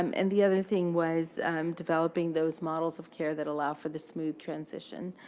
um and the other thing was developing those models of care that allow for the smooth transition.